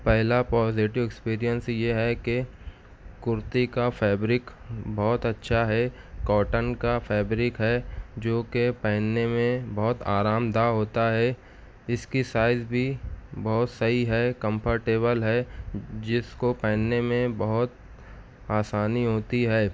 پہلا positive experience یہ ہے کہ کُرتی کا فیبرک بہت اچھا ہے کاٹن کا فیبرک ہے جوکہ پہننے میں بہت آرام دہ ہوتا ہے اس کی سائز بھی بہت صحیح ہے کمفرٹیبل ہے جس کو پہننے میں بہت آسانی ہوتی ہے